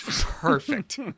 Perfect